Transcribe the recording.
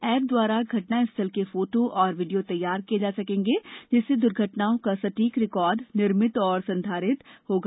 app द्वारा घटना स्थल के फोटो और वीडियो तैयार किये जा सकेंगे जिससे दुर्घटनाओं का सटीक रिकार्ड निर्मित एवं संधारित होगा